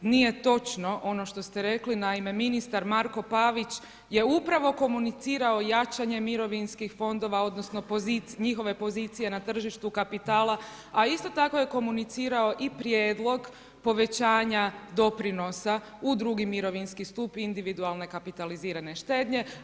Nije točno, ono što ste rekli, naime, ministar Marko Pavić je upravo komunicirao o jačanje mirovinskih fondova, odnosno, njihove pozicije na tržištu kapitala, a isto tako je komunicirao i prijedlog povećanja doprinosa u drugi mirovinski stup individualne kapitalizirane štednje.